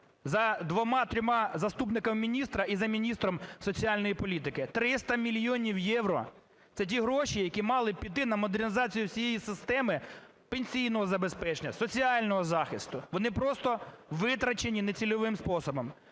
за два-трьома заступниками міністра і за міністром соціальної політики. 300 мільйонів євро – це ті гроші, які мали піти на модернізацію всієї системи пенсійного забезпечення, соціального захисту, вони просто витрачені нецільовим способом.